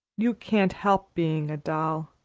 you can't help being a doll,